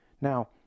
Now